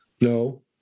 No